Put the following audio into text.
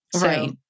Right